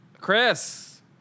Chris